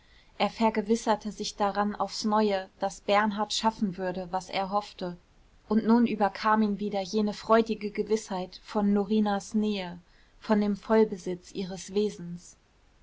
er vergewisserte sich daran aufs neue daß bernhard schaffen würde was er hoffte und nun überkam ihn wieder jene freudige gewißheit von norinas nähe von dem vollbesitz ihres wesens